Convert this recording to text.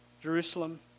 Jerusalem